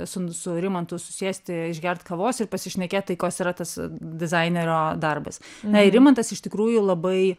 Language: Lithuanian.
su su rimantu susėsti išgert kavos ir pasišnekėt tai kas yra tas dizainerio darbas na ir rimantas iš tikrųjų labai